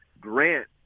grant